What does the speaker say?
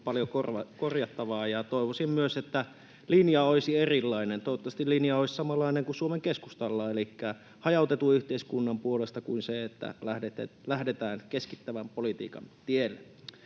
paljon korjattavaa, ja toivoisin myös, että linja olisi erilainen. Toivottavasti linja olisi samanlainen kuin Suomen Keskustalla, elikkä hajautetun yhteiskunnan puolesta, kuin se, että lähdetään keskittävän politiikan tielle.